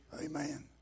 Amen